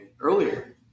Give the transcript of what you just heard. earlier